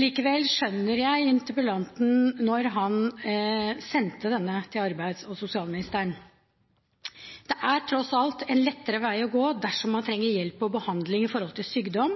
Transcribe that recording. Likevel skjønner jeg at interpellanten sendte denne til arbeids- og sosialministeren. Det er tross alt en lettere vei å gå dersom man trenger hjelp og behandling når det gjelder sykdom,